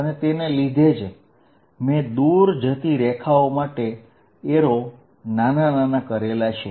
અને તેને લીધે જ મેં દૂર જતી રેખાઓ માટે એરો નાના કર્યા છે